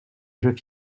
jeu